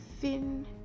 thin